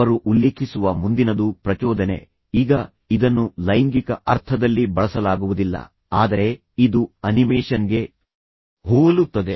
ಅವರು ಉಲ್ಲೇಖಿಸುವ ಮುಂದಿನದು ಪ್ರಚೋದನೆ ಈಗ ಇದನ್ನು ಲೈಂಗಿಕ ಅರ್ಥದಲ್ಲಿ ಬಳಸಲಾಗುವುದಿಲ್ಲ ಆದರೆ ಇದು ಅನಿಮೇಷನ್ಗೆ ಹೋಲುತ್ತದೆ